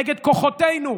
נגד כוחותינו.